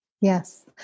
yes